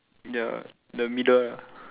ya the middle ah